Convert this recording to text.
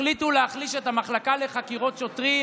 החליטו להחליש את המחלקה לחקירות שוטרים